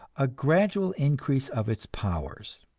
a gradual increase of its powers.